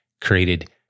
created